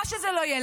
מה שזה לא יהיה,